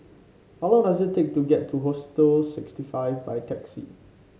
how long does it take to get to Hostel sixty five by taxi